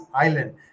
island